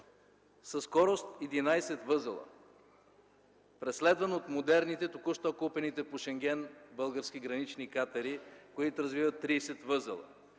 със скорост 11 възела, преследван от модерните, току-що купените по Шенген български гранични катери, които развиват 30 възела?!